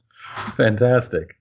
Fantastic